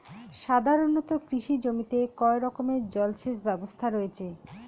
সাধারণত কৃষি জমিতে কয় রকমের জল সেচ ব্যবস্থা রয়েছে?